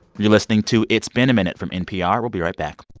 you're listening to it's been a minute from npr. we'll be right back